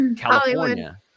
California